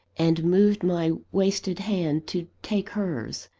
and moved my wasted hand to take hers.